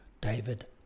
David